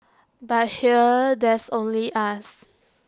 but here there's only us